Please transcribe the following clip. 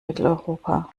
mitteleuropa